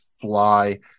fly